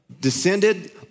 descended